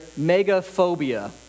megaphobia